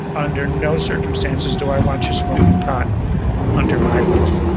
under no circumstances do i want you smoking pot under my roof.